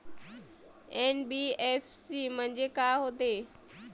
NBFC म्हणजे का होते?